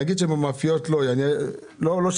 בסדר.